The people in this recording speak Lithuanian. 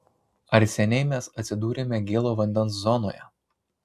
ar seniai mes atsidūrėme gėlo vandens zonoje